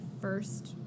first